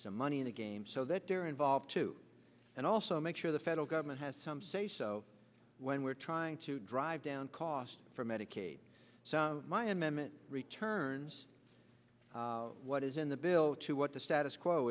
some money in the game so that they're involved too and also make sure the federal government has some say so when we're trying to drive down costs for medicaid so my amendment returns what is in the bill to what the status quo